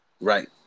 Right